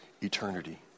eternity